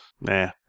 Nah